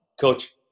coach